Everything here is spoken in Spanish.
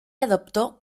adoptó